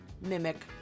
mimic